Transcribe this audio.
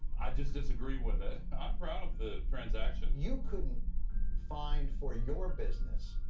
i just disagree with it. i'm proud of the transactions. you couldn't find, for your business,